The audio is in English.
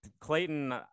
Clayton